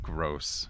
Gross